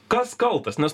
kas kaltas nes